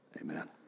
amen